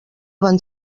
van